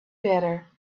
better